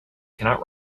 cannot